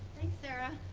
sarah.